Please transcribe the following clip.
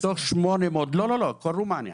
לא, כל רומניה.